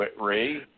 Ray